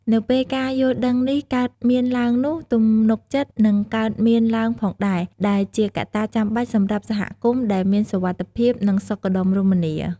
នៅពេលការយល់ដឹងនេះកើតមានឡើងនោះ ទំនុកចិត្តនឹងកើតមានឡើងផងដែរ ដែលជាកត្តាចាំបាច់សម្រាប់សហគមន៍ដែលមានសុវត្ថិភាព និងសុខដុមរមនា។